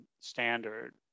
standard